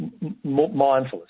mindfulness